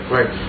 Right